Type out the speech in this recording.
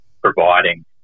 providing